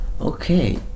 okay